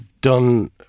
done